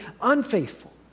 unfaithful